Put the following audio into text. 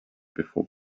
before